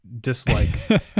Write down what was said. dislike